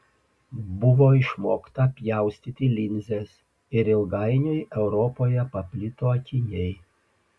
buvo išmokta pjaustyti linzes ir ilgainiui europoje paplito akiniai